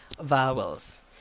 vowels